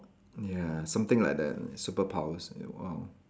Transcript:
ya something like that superpowers eh !wow!